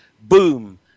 boom